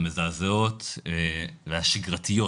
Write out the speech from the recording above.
המזעזעות והשגרתיות